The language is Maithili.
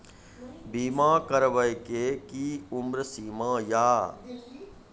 बीमा करबे के कि उम्र सीमा या?